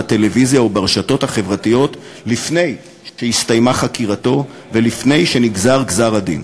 בטלוויזיה וברשתות החברתיות לפני שהסתיימה חקירתו ולפני שנגזר גזר-הדין.